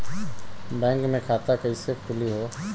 Bank मे खाता कईसे खुली हो?